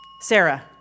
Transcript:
Sarah